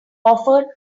offered